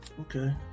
Okay